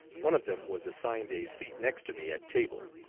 one of them was assigned a seat next to me at table.